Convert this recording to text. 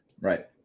Right